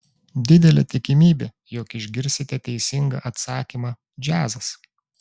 didelė tikimybė jog išgirsite teisingą atsakymą džiazas